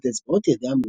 פרט לאצבעות ידיה,